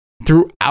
throughout